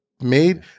Made